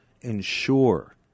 ensure